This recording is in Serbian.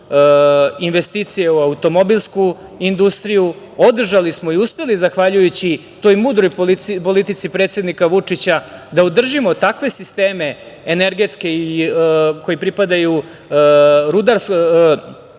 investicije u automobilsku industriju. Održali smo i uspeli, zahvaljujući toj mudroj politici predsednika Vučića, da održimo takve sisteme energetske koji pripadaju oblasti